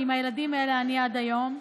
ועם הילדים האלה אני עד היום.